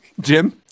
Jim